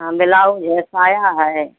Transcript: हाँ बेलौज है साया है